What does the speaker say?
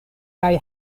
kaj